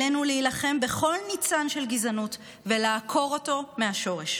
עלינו להילחם בכל ניצן של גזענות ולעקור אותו מהשורש.